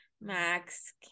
Max